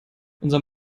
unser